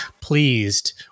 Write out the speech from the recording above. pleased